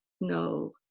no